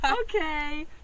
Okay